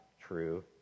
true